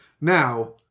Now